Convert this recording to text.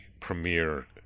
premier